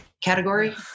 Category